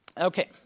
Okay